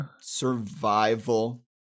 survival